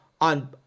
on